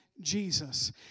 Jesus